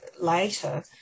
Later